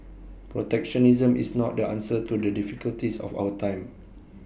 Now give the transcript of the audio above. protectionism is not the answer to the difficulties of our time